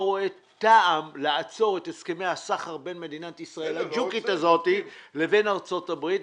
רואה טעם לעצור את הסכמי הסחר בין מדינת ישראל הקטנה לבין ארצות הברית.